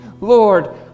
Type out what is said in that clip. Lord